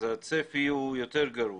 הצפי יותר גרוע.